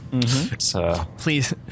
Please